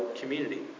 community